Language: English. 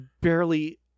barely